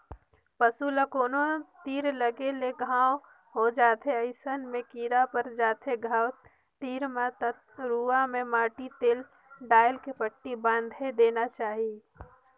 पसू ल कोनो तीर लगे ले घांव हो जाथे अइसन में कीरा पर जाथे घाव तीर म त रुआ में माटी तेल डायल के पट्टी बायन्ध देना चाही